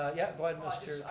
ah yup, go ahead mr.